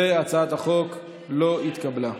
והצעת החוק לא התקבלה.